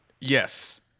Yes